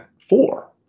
four